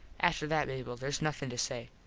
after that, mable, theres nothin to say.